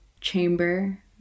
chamber